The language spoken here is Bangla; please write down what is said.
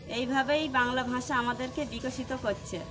এইভাবেই বাংলা ভাষা আমাদেরকে বিকশিত করছে